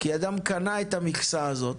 כי אדם קנה את המכסה הזאת,